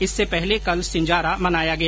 इससे पहले कल सिंजारा मनाया गया